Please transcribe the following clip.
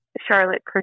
Charlotte